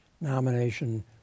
nomination